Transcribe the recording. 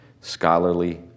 scholarly